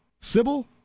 Sybil